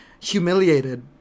humiliated